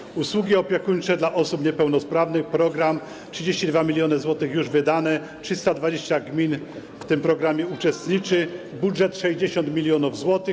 Program „Usługi opiekuńcze dla osób niepełnosprawnych” - 32 mln zł już wydane, 320 gmin w tym programie uczestniczy, budżet - 60 mln zł.